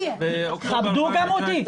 --- תכבדו גם אותי.